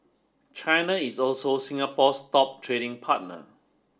China is also Singapore's top trading partner